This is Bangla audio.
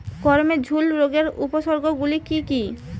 গমের ঝুল রোগের উপসর্গগুলি কী কী?